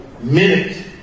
minute